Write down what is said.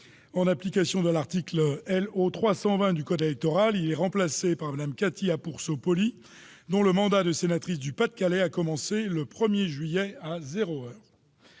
En application de l'article L.O. 320 du code électoral, il est remplacé par Mme Cathy Apourceau-Poly, dont le mandat de sénatrice du Pas-de-Calais a commencé le 1 juillet, à